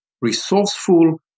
Resourceful